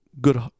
good